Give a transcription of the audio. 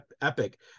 epic